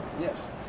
Yes